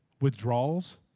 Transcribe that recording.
withdrawals